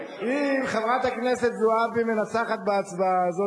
אם חברת הכנסת זועבי מנצחת בהצבעה הזאת,